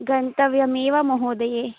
गन्तव्यमेव महोदये